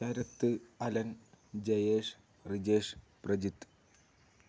Sarath Alan Jayesh Rijesh Prajith